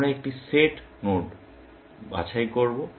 আমরা একটি set node বাছাই করব